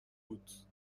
بود